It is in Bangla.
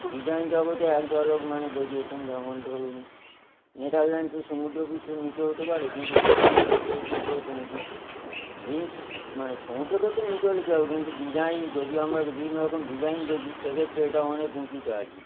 ডিজাইন জগতে এক ঝলক মানে দেখিয়েছেন যেমন ধরুন নেদারল্যান্ড তো সমুদ্রপৃষ্ঠের নিচে হতে পারে কিন্তু ডিজাইনের ক্ষেত্রে এটি বেশ উঁচুতে মানে সমুদ্রক্ষেত্রের নিচে হলে কী হবে কিন্তু ডিজাইন যদিও আমরা বিভিন্ন রকম ডিজাইন দেখি সেক্ষেত্রে এটা অনেক উঁচুতে আর কি